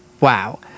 wow